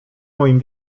moim